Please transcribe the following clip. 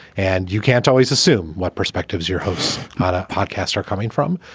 and you can't always assume what perspectives your hosts a podcast are coming from.